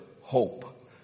hope